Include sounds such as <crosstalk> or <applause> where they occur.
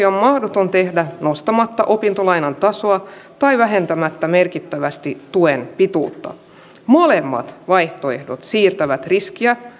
<unintelligible> on mahdoton tehdä nostamatta opintolainan tasoa tai vähentämättä merkittävästi tuen pituutta molemmat vaihtoehdot siirtävät riskiä